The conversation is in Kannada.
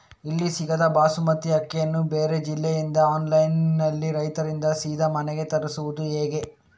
ಇಲ್ಲಿ ಸಿಗದ ಬಾಸುಮತಿ ಅಕ್ಕಿಯನ್ನು ಬೇರೆ ಜಿಲ್ಲೆ ಇಂದ ಆನ್ಲೈನ್ನಲ್ಲಿ ರೈತರಿಂದ ಸೀದಾ ಮನೆಗೆ ತರಿಸುವುದು ಹೇಗೆ?